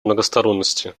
многосторонности